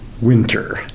winter